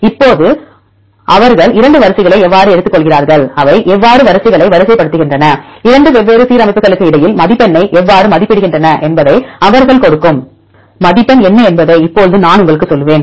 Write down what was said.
இப்போது அவர்கள் 2 வரிசைகளை எவ்வாறு எடுத்துக்கொள்கிறார்கள் அவை எவ்வாறு வரிசைகளை வரிசைப்படுத்துகின்றன 2 வெவ்வேறு சீரமைப்புகளுக்கு இடையில் மதிப்பெண்ணை எவ்வாறு மதிப்பிடுகின்றன என்பதை அவர்கள் கொடுக்கும் மதிப்பெண் என்ன என்பதை இப்போது நான் உங்களுக்குச் சொல்வேன்